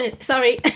Sorry